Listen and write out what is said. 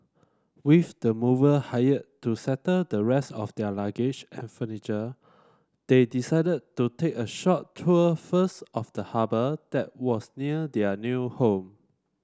with the mover hired to settle the rest of their luggage and furniture they decided to take a short tour first of the harbour that was near their new home